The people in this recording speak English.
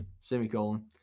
semicolon